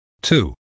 Two